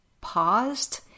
paused